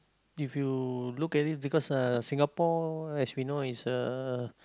if you look at it because uh Singapore as we know is a